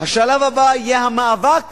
השלב הבא יהיה המאבק